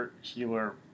healer